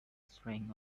strength